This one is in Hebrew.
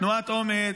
-- תנועת אומץ.